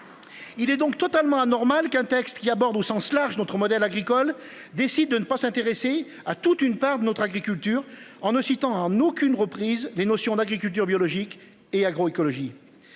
Il est donc totalement anormal qu'un texte qui aborde au sens large. Notre modèle agricole décide de ne pas s'intéresser à toute une part de notre agriculture en ne citant un aucune reprise des notions d'agriculture biologique et agroécologie.